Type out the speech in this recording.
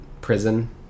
Prison